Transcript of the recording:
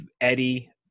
Eddie